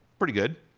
pretty good.